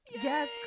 Yes